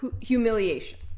humiliation